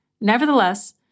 Nevertheless